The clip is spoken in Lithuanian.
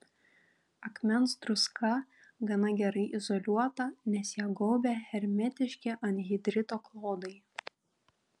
akmens druska gana gerai izoliuota nes ją gaubia hermetiški anhidrito klodai